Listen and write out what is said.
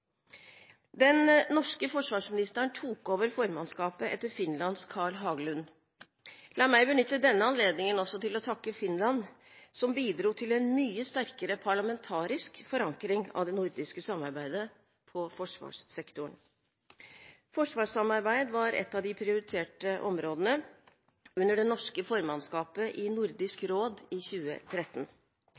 Den norske forsvarsministeren tok over formannskapet etter Finlands Carl Haglund. La meg benytte denne anledningen også til å takke Finland, som bidro til en mye sterkere parlamentarisk forankring av det nordiske samarbeidet på forsvarssektoren. Forsvarssamarbeid var et av de prioriterte områdene under det norske formannskapet i Nordisk råd i 2013.